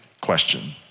question